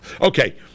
Okay